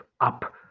up